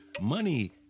Money